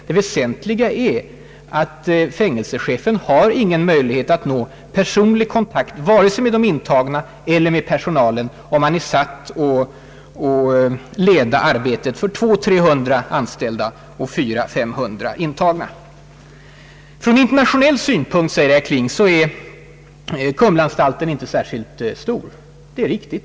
Det väsentliga är att fängelsechefen inte har möjlighet att nå personlig kontakt vare sig med de intagna eller med personalen, om han är satt att leda arbetet för 200— 300 anställda och 400—500 intagna. Från internationell synpunkt är Kumlaanstalten inte särskilt stor, säger herr Kling.